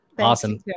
awesome